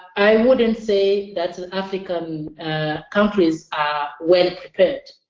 i wouldn't say that african countries are well prepared.